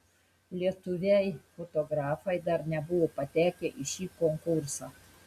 lietuviai fotografai dar nebuvo patekę į šį konkursą